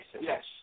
Yes